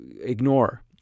ignore